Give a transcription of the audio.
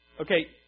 Okay